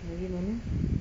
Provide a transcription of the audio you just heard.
negeri mana